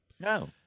No